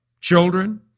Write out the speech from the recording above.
children